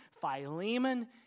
Philemon